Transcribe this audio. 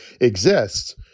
exists